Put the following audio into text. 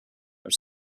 are